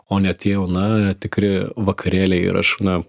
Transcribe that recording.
o ne tie jau na tikri vakarėliai ir aš na